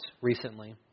recently